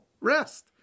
rest